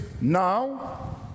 now